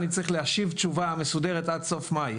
אני צריך להשיב תשובה מסודרת עד סוף מאי.